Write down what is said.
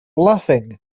laughing